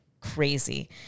crazy